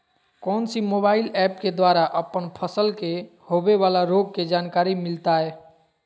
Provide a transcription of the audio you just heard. कौन सी mobile app के द्वारा अपन फसल के होबे बाला रोग के जानकारी मिलताय?